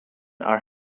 are